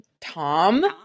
Tom